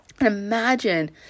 Imagine